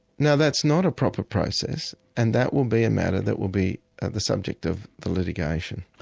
now that's not a proper process, and that will be a matter that will be the subject of the litigation.